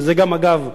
ואגב,